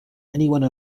anyone